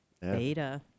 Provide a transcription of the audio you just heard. Beta